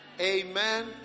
Amen